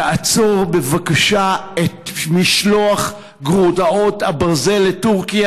תעצור בבקשה את משלוח גרוטאות הברזל לטורקיה.